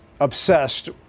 obsessed